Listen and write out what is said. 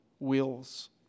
wills